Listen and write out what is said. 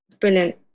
brilliant